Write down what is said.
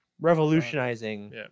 Revolutionizing